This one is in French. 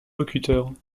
locuteurs